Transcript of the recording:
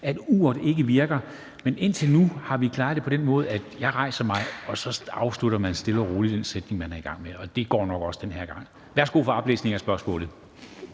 at uret ikke virker, men indtil nu har vi klaret det på den måde, at jeg rejser mig, og så afslutter man stille og roligt den sætning, man er i gang med. Og det går nok også den her gang. Kl. 13:34 Spm.